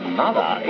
mother